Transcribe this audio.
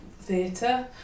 theatre